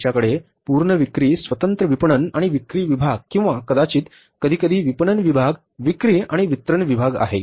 आमच्याकडे पूर्ण विक्री स्वतंत्र विपणन आणि विक्री विभाग किंवा कदाचित कधीकधी विपणन विभाग विक्री आणि वितरण विभाग आहे